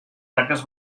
taques